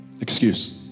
Excuse